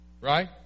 Right